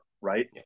Right